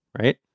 Right